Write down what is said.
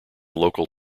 local